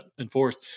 enforced